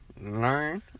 learn